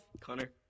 Connor